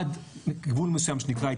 עד גבול מסוים שנקרא התיישנות,